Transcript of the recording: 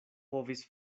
povis